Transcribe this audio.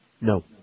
No